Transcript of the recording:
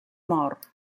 mor